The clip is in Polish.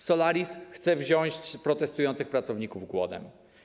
Solaris chce wziąć protestujących pracowników głodem.